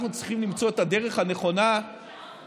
אנחנו צריכים למצוא את הדרך הנכונה לדאוג